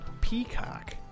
Peacock